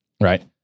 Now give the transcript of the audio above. right